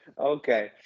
Okay